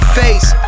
face